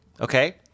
okay